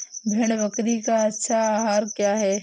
भेड़ बकरी का अच्छा आहार क्या है?